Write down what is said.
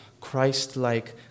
Christ-like